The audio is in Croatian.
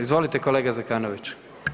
Izvolite kolega Zekanović.